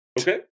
Okay